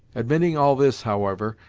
admitting all this, however,